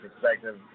perspective